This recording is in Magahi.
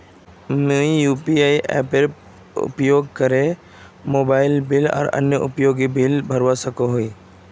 मुई यू.पी.आई एपेर उपयोग करे मोबाइल बिल आर अन्य उपयोगिता बिलेर भुगतान करवा सको ही